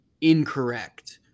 incorrect